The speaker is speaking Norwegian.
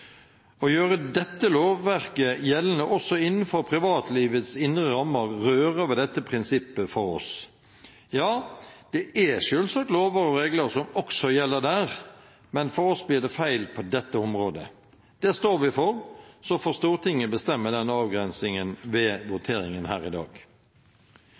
Å gjøre dette lovverket gjeldende også innenfor privatlivets indre rammer rører ved dette prinsippet for oss. Ja, det er selvsagt lover og regler som også gjelder der, men for oss blir det feil på dette området. Det står vi for, og så får Stortinget bestemme den avgrensingen ved voteringen her i dag.